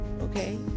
Okay